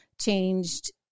changed